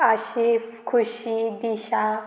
आशीफ खुशी दिशा